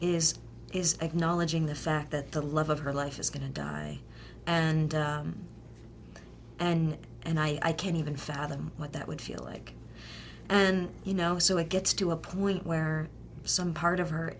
is is acknowledging the fact that the love of her life is going to die and and and i can't even fathom what that would feel like and you know so it gets to a point where some part of her